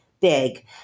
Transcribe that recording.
big